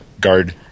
guard